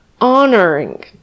honoring